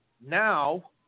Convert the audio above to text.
now